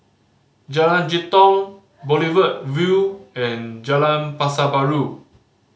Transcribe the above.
Jalan Jitong Boulevard Vue and Jalan Pasar Baru